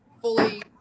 fully